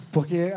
Porque